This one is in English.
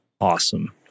Awesome